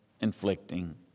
inflicting